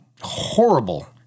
horrible